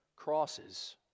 crosses